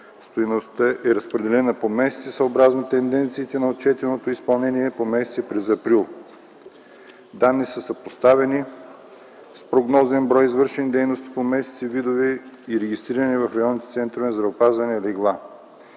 Стойността е разпределена по месеци съобразно тенденциите на отчетеното изпълнение по месеци през април. Данните са съпоставени с прогнозен брой извършени дейности по месеци, видове и регистрирани в районните центрове по здравеопазване легла.